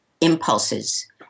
impulses